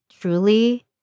truly